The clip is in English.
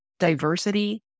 Diversity